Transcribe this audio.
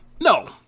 no